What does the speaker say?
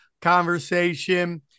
conversation